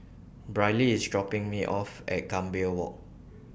Briley IS dropping Me off At Gambir Walk